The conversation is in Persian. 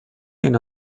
این